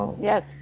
yes